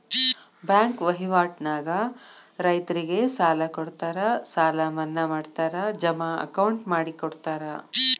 bank ವಹಿವಾಟ ನ್ಯಾಗ ರೈತರಿಗೆ ಸಾಲ ಕೊಡುತ್ತಾರ ಸಾಲ ಮನ್ನಾ ಮಾಡ್ತಾರ ಜಮಾ ಅಕೌಂಟ್ ಮಾಡಿಕೊಡುತ್ತಾರ